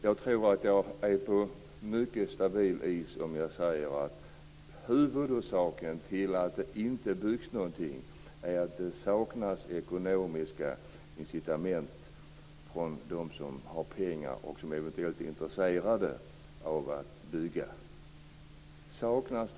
Jag tror att jag står på mycket stabil grund om jag säger att huvudorsaken till att det inte byggs någonting är att det saknas ekonomiska incitament för dem som har pengar och som kunde vara intresserade av att bygga.